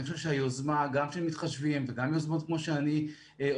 אני חושב שהיוזמה גם של "מתחשבים" וגם יוזמות כמו שאני עושה,